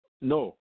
No